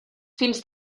fins